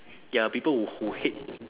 ya people who who hate